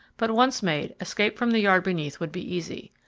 but once made, escape from the yard beneath would be easy.